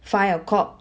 five o'clock